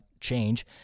change